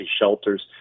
shelters